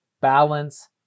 balance